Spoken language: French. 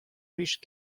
riche